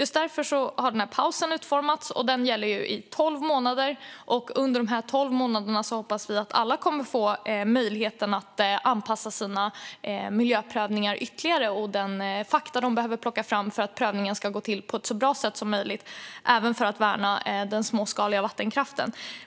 Just därför har den här pausen utformats, och den gäller ju i tolv månader. Under dessa tolv månader hoppas vi att alla ska få möjlighet att anpassa sina miljöprövningar ytterligare och kunna ta fram de fakta som behövs för att prövningen ska gå till på ett så bra sätt som möjligt för att även värna den småskaliga vattenkraften.